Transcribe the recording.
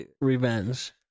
Revenge